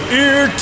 ear